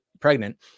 pregnant